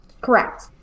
Correct